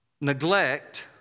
neglect